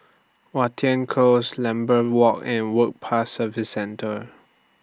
Watten Close Lambeth Walk and Work Pass Services Centre